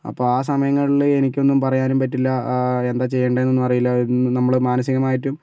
അപ്പം ആ സമയങ്ങളിൽ എനിക്കൊന്നും പറയാനും പറ്റില്ല എന്താ ചെയ്യണ്ടത് എന്നൊന്നും അറിയില്ല നമ്മള് മാനസികമായിട്ടും